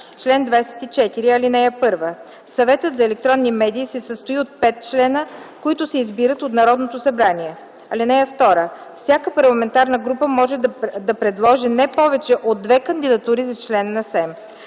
„Чл. 24. (1) Съветът за електронни медии се състои от пет члена, които се избират от Народното събрание. (2) Всяка парламентарна група може да предложи не повече от две кандидатури за член на СЕМ.”